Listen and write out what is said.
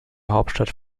hauptstadt